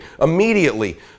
immediately